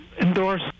endorse